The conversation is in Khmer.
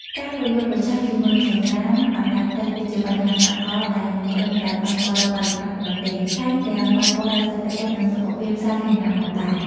ការប្រយុទ្ធប្រឆាំងជាមួយនឹងសំរាមអណ្តែតទឹកគឺជាបញ្ហាសកលដែលមិនត្រឹមតែប៉ះពាល់ដល់បរិស្ថានប៉ុណ្ណោះទេ ថែមទាំងប៉ះពាល់ដល់សេដ្ឋកិច្ច និងសុខភាពសាធារណៈផងដែរ។